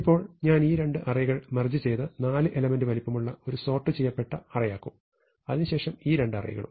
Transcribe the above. ഇപ്പോൾ ഞാൻ ഈ രണ്ട് അറേകൾ മെർജ് ചെയ്ത 4 എലമെന്റ് വലിപ്പമുള്ള ഒരു സോർട്ട് ചെയ്യപ്പെട്ട അറേ ആക്കും അതിനു ശേഷം ഈ രണ്ട് അറേകളും